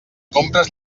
compres